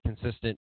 consistent